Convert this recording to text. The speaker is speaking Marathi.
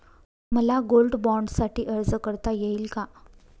मला गोल्ड बाँडसाठी अर्ज करता येईल का?